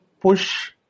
push